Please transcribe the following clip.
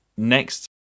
Next